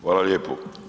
Hvala lijepo.